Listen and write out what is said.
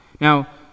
Now